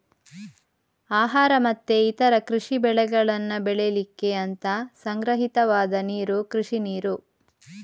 ಆಹಾರ ಮತ್ತೆ ಇತರ ಕೃಷಿ ಬೆಳೆಗಳನ್ನ ಬೆಳೀಲಿಕ್ಕೆ ಅಂತ ಸಂಗ್ರಹಿತವಾದ ನೀರು ಕೃಷಿ ನೀರು